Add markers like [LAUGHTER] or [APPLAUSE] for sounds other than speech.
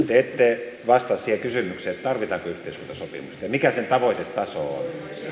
[UNINTELLIGIBLE] te ette vastaa siihen kysymykseen tarvitaanko yhteiskuntasopimusta ja mikä sen tavoitetaso on